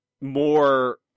more